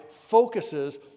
focuses